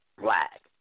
black